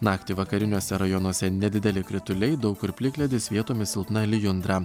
naktį vakariniuose rajonuose nedideli krituliai daug kur plikledis vietomis silpna lijundra